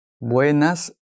Buenas